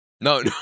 No